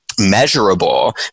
measurable